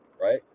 Right